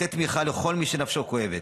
לתת תמיכה לכל מי שנפשו כואבת,